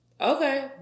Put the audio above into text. Okay